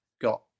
got